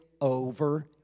over